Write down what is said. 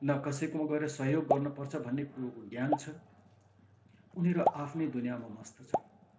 न कसैकोमा गएर सहयोग गर्नुपर्छ भन्ने कुरोको ज्ञान छ उनीहरू आफ्नै दुनियाँमा मस्त छ